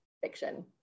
fiction